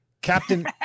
Captain